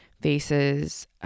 faces